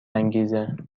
انگیزه